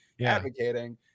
advocating